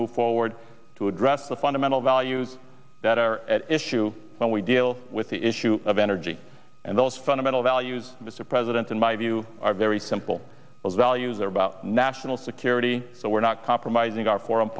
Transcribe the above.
move forward to address the fundamental values that are at issue when we deal with the issue of energy and those fundamental values mr president in my view are very simple those values are about national security so we're not compromising our foreign